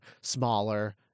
smaller